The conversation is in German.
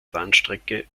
bahnstrecke